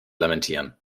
lamentieren